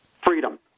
freedom